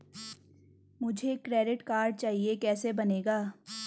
मुझे credit card चाहिए कैसे बनेगा?